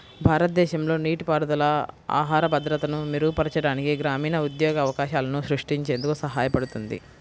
భారతదేశంలో నీటిపారుదల ఆహార భద్రతను మెరుగుపరచడానికి, గ్రామీణ ఉద్యోగ అవకాశాలను సృష్టించేందుకు సహాయపడుతుంది